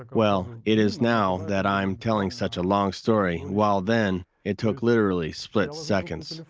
like well, it is now that i'm telling such a long story, while then, it took literally split seconds.